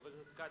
חבר הכנסת כץ,